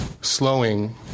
slowing